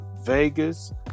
Vegas